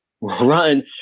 run